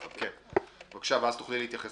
רציתי להגיד